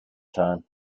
time